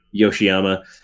Yoshiyama